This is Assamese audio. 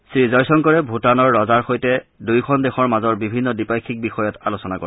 শ্ৰীজয় শংকৰে ভূটানৰ ৰজাৰ সৈতে হোৱা আলোচনাত দুয়োখন দেশৰ মাজৰ বিভিন্ন দ্বিপাক্ষিক বিষয়ত আলোচনা কৰে